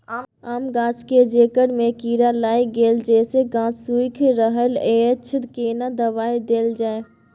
आम गाछ के जेकर में कीरा लाईग गेल जेसे गाछ सुइख रहल अएछ केना दवाई देल जाए?